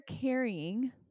carrying